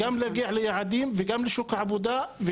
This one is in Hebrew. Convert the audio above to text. גם להגיע ליעדים ולשוק העבודה,